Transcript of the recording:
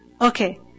Okay